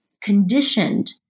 conditioned